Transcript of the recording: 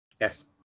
Yes